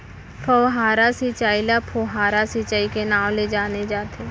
फव्हारा सिंचई ल फोहारा सिंचई के नाँव ले जाने जाथे